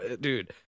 Dude